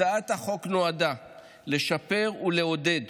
הצעת החוק נועדה לשפר ולעודד